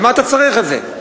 למה אתה צריך את זה?